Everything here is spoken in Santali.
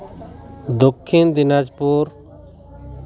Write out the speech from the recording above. ᱫᱚᱠᱠᱷᱤᱱ ᱫᱤᱱᱟᱡᱽᱯᱩᱨ